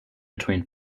between